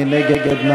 מי נגד?